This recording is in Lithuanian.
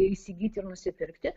įsigyt ir nusipirkti